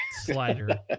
slider